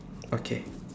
okay